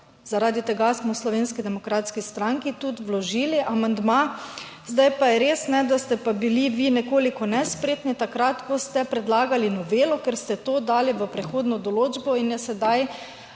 Zaradi tega smo v Slovenski demokratski stranki tudi vložili amandma. Zdaj pa je res, da ste pa bili vi nekoliko nespretni takrat, ko ste predlagali novelo, ker ste to dali v prehodno določbo in je sedaj